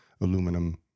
aluminum